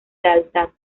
lealtad